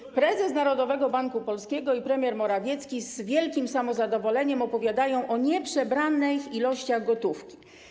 Otóż prezes Narodowego Banku Polskiego i premier Morawiecki z wielkim samozadowoleniem opowiadają o nieprzebranych ilościach gotówki.